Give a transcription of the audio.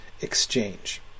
exchange